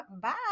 bye